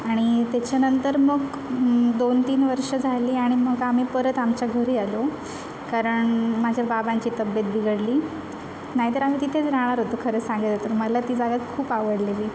आणि त्याच्यानंतर मग दोन तीन वर्ष झाली आणि मग आम्ही परत आमच्या घरी आलो कारण माझ्या बाबांची तब्ब्येत बिघडली नाहीतर आम्ही तिथेच राहणार होतो खरं सांगायचं तर मला ती जागा खूप आवडलेली